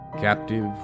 Captive